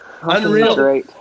Unreal